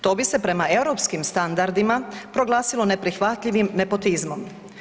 To bi se prema europskim standardima proglasilo neprihvatljivim nepotizmom.